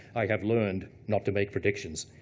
i have learned not to make predictions.